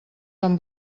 fan